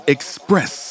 Express